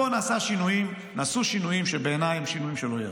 פה נעשו שינויים שבעיניי הם שינויים שלא ייעשו.